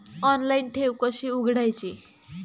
Online ठेव कशी उघडायची?